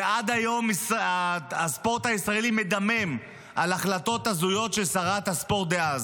ועד היום הספורט הישראלי מדמם על החלטות הזויות של שרת הספורט דאז.